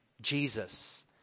Jesus